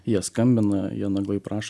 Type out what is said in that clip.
jie skambina jie naglai prašo